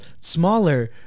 smaller